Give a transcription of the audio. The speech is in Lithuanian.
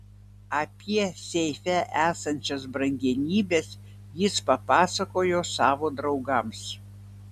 apie seife esančias brangenybes jis papasakojo savo draugams